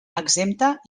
exempta